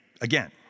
again